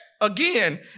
Again